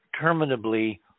terminably